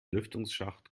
lüftungsschacht